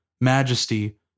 majesty